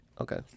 Okay